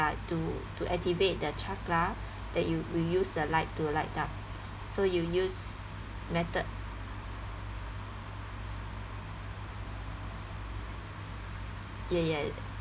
to to activate the chakra that you we use the light to light up so you use method ya ya